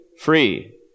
free